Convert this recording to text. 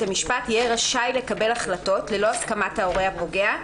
המשפט יהיה רשאי לקבל החלטות ללא הסכמת ההורה הפוגע,